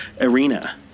arena